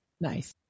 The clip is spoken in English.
nice